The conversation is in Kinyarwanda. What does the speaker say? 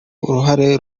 uruhare